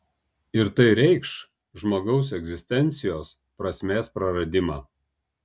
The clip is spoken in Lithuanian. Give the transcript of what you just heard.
ir tai reikš žmogaus egzistencijos prasmės praradimą